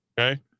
okay